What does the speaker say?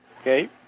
Okay